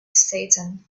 satan